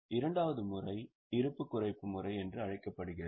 இரண்டாவது முறை 'இருப்பு குறைப்பு' முறை என்று அழைக்கப்படுகிறது